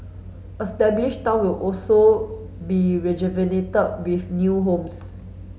established town will also be rejuvenated with new homes